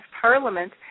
parliament